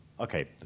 Okay